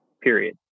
period